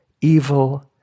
evil